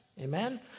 Amen